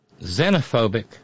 xenophobic